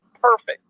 perfect